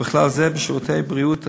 ובכלל זה בשירותי בריאות הציבור,